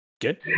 good